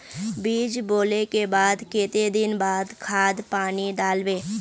बीज बोले के बाद केते दिन बाद खाद पानी दाल वे?